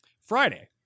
Friday